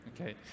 Okay